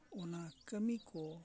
ᱚᱱᱟ ᱠᱟᱹᱢᱤ ᱠᱚ